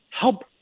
help